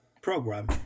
program